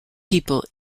people